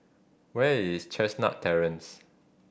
where is Chestnut Terrance